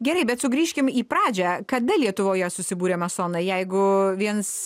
gerai bet sugrįžkim į pradžią kada lietuvoje susibūrė masonai jeigu viens